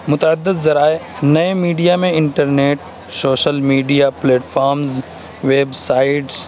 متعدد ذرائع نئے میڈیا میں internet social media platforms web sites